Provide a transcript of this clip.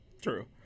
true